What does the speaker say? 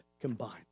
combined